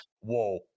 Whoa